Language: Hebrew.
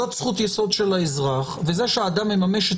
זו זכות יסוד של האזרח וזה שאדם מממש את